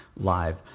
live